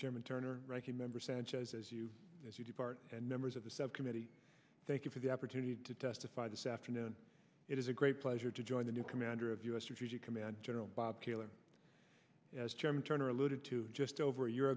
chairman turner ranking member sanchez as you as you depart and members of the subcommittee thank you for the opportunity to testify this afternoon it is a great pleasure to join the new commander of u s or to command general bob taylor as chairman turner alluded to just over a year